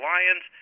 Lions